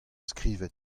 skrivet